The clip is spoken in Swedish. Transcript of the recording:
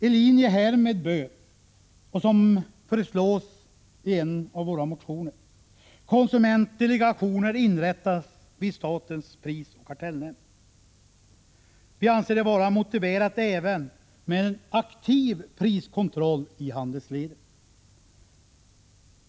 Tlinje härmed bör — som föreslås i en av våra motioner — konsumentdelegationer inrättas vid statens prisoch kartellnämnd. Vi anser det vara motiverat med en aktiv priskontroll även i handelsledet.